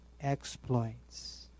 exploits